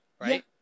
Right